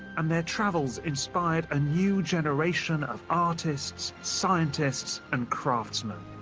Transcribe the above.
and their travels inspired a new generation of artists, scientists and craftsmen.